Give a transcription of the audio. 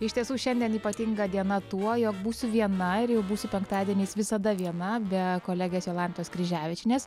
iš tiesų šiandien ypatinga diena tuo jog būsiu viena ir jau būsiu penktadieniais visada viena be kolegės jolantos kryževičienės